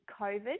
COVID